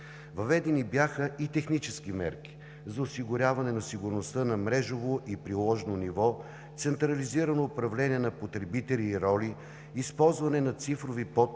Въведени бяха и технически мерки за осигуряване на сигурността на мрежово и приложно ниво – централизирано управление на потребители и роли, използване на цифрови подписи за